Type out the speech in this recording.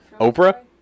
Oprah